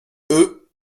eux